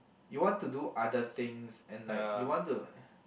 you want to do other things and like you want to